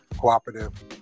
cooperative